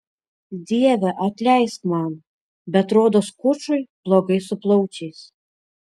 dieve atleisk man bet rodos kučui blogai su plaučiais